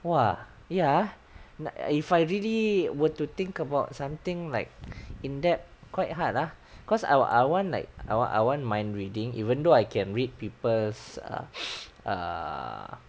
!wah! ya like if I really were to think about something like in depth quite hard lah cause I I I want like I wa~ I want mind reading even though I can read people's err err